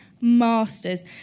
masters